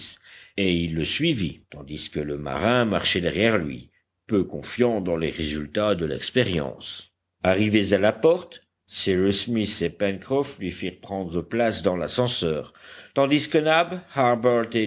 et il le suivit tandis que le marin marchait derrière lui peu confiant dans les résultats de l'expérience arrivés à la porte cyrus smith et pencroff lui firent prendre place dans l'ascenseur tandis que nab